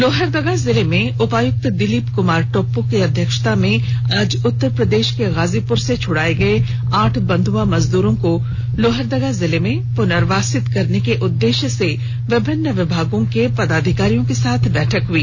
लोहरदगा जिले में उपायुक्त दिलीप कुमार टोप्पो की अध्यक्षता में आज उत्तर प्रदेश के गाजीपुर से छडाए गए आठ बंधआ मजदूरों को लोहरदगा जिले में पूर्नवासित करने के उददेश्य से विभिन्न विभागों र्के पदाधिकारियों के साथ बैठक हुई